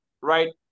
right